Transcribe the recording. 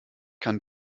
kann